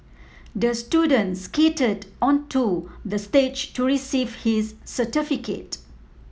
the student skated onto the stage to receive his certificate